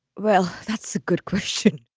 well, that's a good question.